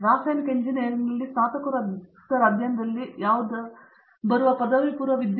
ರಾಸಾಯನಿಕ ಎಂಜಿನಿಯರಿಂಗ್ನಲ್ಲಿ ಸ್ನಾತಕೋತ್ತರ ಅಧ್ಯಯನದಲ್ಲಿ ಯಾವುದಾದರೊಂದು ಪದವಿಪೂರ್ವ ರೀತಿಯ ಅಧ್ಯಯನಕ್ಕಾಗಿ ಸಂಪೂರ್ಣವಾಗಿ ತಯಾರಿಸುತ್ತಿಲ್ಲವೆ